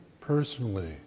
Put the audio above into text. personally